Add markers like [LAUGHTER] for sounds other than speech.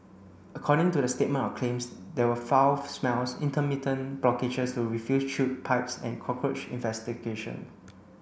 according to the statement of claims there were foul smells intermittent blockages to the refuse chute pipes and cockroach [UNINTELLIGIBLE]